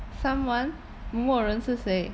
someone 某某人是谁